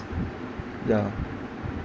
yeah